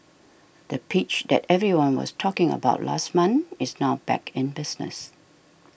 the pitch that everyone was talking about last month is now back in business